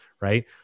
right